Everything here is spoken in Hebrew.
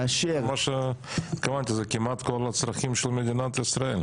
מה שהתכוונתי, זה כמעט כל הצרכים של מדינת ישראל.